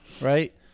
right